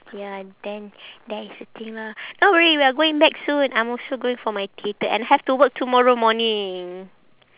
ya then that is the thing lah don't worry we are going back soon I'm also going back for my theatre and have to work tomorrow morning